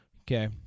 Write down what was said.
Okay